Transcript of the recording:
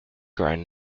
ground